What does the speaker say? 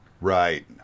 Right